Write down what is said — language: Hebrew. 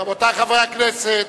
רבותי חברי הכנסת,